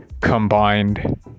combined